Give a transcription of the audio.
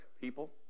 people